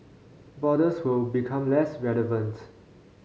borders will become less relevant